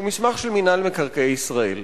שהוא מסמך של מינהל מקרקעי ישראל